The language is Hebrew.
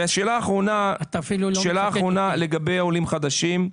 שאלה אחרונה לגבי עולים חדשים,